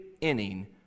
inning